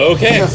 Okay